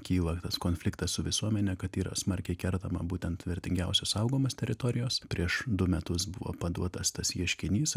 kyla tas konfliktas su visuomene kad tai yra smarkiai kertama būtent vertingiausios saugomos teritorijos prieš du metus buvo paduotas tas ieškinys